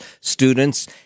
students